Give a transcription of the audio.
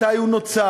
מתי הוא נוצר,